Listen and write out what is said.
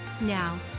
Now